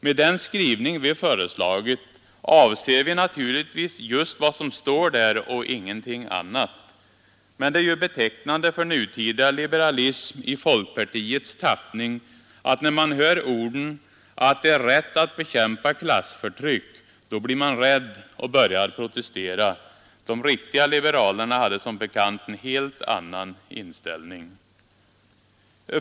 Med den skrivning vi föreslagit avser vi naturligtvis just vad som står där och ingenting annat. Men det är ju betecknande för nutida liberalism i folkpartiets tappning att när man hör orden att det är rätt att bekämpa klassförtryck blir man rädd och börjar protestera. De riktiga liberalerna hade som bekant en helt annan inställning.